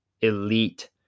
elite